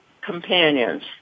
companions